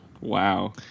wow